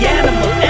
animal